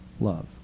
love